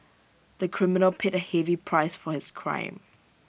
the criminal paid A heavy price for his crime